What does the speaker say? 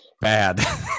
bad